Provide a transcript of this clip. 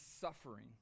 suffering